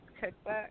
cookbook